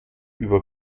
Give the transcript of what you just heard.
über